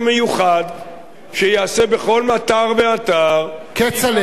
שייעשה בכל אתר ואתר, כצל'ה, זה פשוט בלתי אפשרי.